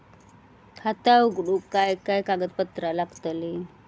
खाता उघडूक काय काय कागदपत्रा लागतली?